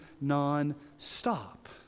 non-stop